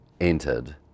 entered